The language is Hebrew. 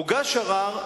הוגש ערר,